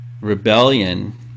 rebellion